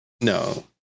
No